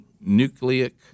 nucleic